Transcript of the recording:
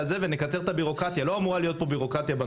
שעוד רגע יגיעו לפה מיליונים של פליטים,